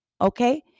okay